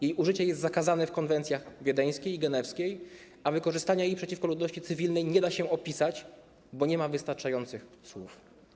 Jej użycie jest zakazane w konwencjach wiedeńskiej i genewskiej, a wykorzystania jej przeciwko ludności cywilnej nie da się opisać, bo nie ma wystarczających słów.